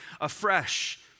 afresh